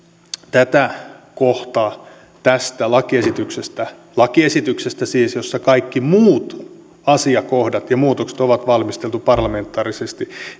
tätä kohtaa tästä lakiesityksestä lakiesityksestä jossa kaikki muut asiakohdat ja muutokset on valmisteltu parlamentaarisesti